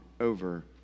over